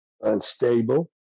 unstable